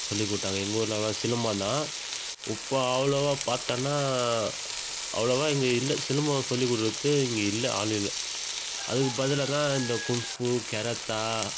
சொல்லிக் கொடுத்தாங்க எங்கூர்லலாம் சிலம்பம் தான் இப்போ அவ்வளோவா பாத்தோன்னா அவ்வளோவா இங்கே இல்லை சிலம்பம் சொல்லிக் கொடுக்கறதுக்கு இங்கே இல்லை ஆள் இல்லை அதுக்கு பதிலாக தான் இந்த கும்ஃபூ கெராத்தா